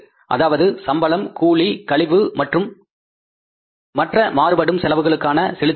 அதாவது சம்பளம் கூலி கழிவு மற்றும் மற்ற மாறுபடும் செலவுகளுக்கான செலுத்துதல்கள்